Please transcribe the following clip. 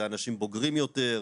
זה אנשים בוגרים יותר.